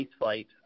spaceflight